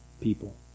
people